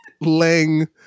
Lang